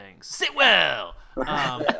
Sitwell